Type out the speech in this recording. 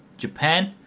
japan,